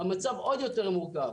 המצב עוד יותר מורכב.